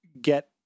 get